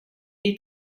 est